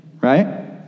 right